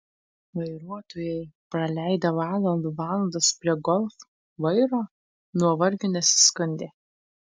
vairuotojai praleidę valandų valandas prie golf vairo nuovargiu nesiskundė